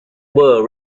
were